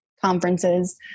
conferences